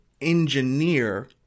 engineer